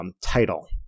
title